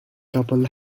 couple